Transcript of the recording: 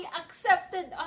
accepted